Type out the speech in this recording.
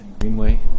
Greenway